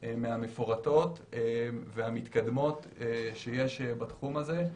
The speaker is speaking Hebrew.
מהמפורטות והמתקדמות שיש בתחום הזה.